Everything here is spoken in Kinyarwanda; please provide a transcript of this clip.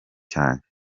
cyanjye